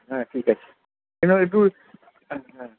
হ্যাঁ ঠিক আছে একটু হ্যাঁ হ্যাঁ